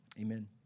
Amen